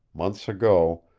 months ago,